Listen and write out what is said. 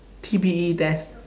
T B E test